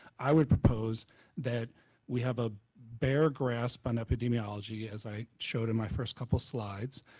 i would propose that we have a bear imrasp on epidemiology as i showed in my first couple slides.